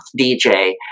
DJ